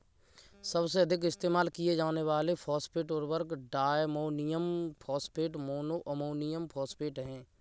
सबसे अधिक इस्तेमाल किए जाने वाले फॉस्फेट उर्वरक diammonium phosphate, mono ammonium phosphate हैं